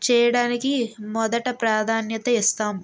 చేయడానికి మొదట ప్రాధాన్యత ఇస్తాం